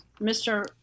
Mr